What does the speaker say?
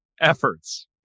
efforts